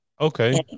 Okay